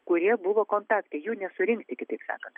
kurie buvo kontaktai jų nesurinkti kitaip sakant